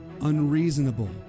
unreasonable